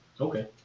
Okay